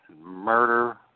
murder